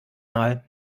mal